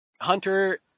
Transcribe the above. Hunter